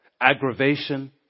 aggravation